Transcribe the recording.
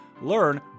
learn